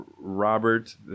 Robert